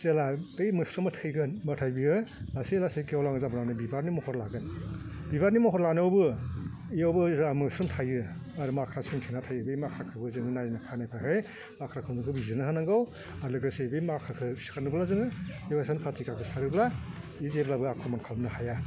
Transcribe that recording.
जेला बे मोस्रोमा थैगोन होमबाथाय बियो लासै लासै गेवलां जाब्लानो बिबारनि महर लागोन बिबारनि महर लानायावबो बियावबो जा मोस्रोम थायो आरो माख्रा सोंथेना थायो बे माख्राखौबो जों नायफा नायफाहै माख्रा खानायखौ बिजिरना होनांगौ आरो लोगोसे बे माख्राखौ सोंदोंबा जोङो फार्टिगारखौ सारोब्ला बे जेब्लाबो आख्रमन खालामनो हाया